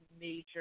major